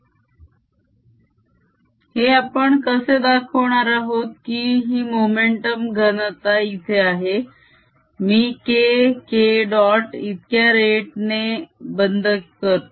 B0KS10EBσK0 Momentum density1c2σK00σK हे आपण कसे दाखवणार आहोत की ही मोमेंटम घनता इथे आहे मी K Kडॉट इतक्या रेट ने बंद करतो